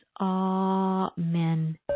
amen